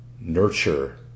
nurture